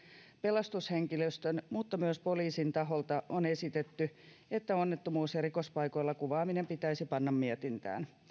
pelastushenkilöstön mutta myös poliisin taholta on esitetty että onnettomuus ja rikospaikoilla kuvaaminen pitäisi panna mietintään